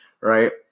right